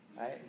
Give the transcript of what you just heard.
right